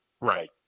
Right